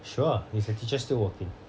sure is your teacher still working